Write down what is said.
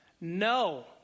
No